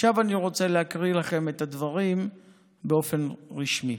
עכשיו אני רוצה להקריא לכם את הדברים באופן רשמי.